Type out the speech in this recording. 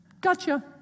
Gotcha